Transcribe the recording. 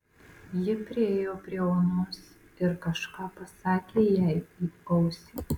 ji priėjo prie onos ir kažką pasakė jai į ausį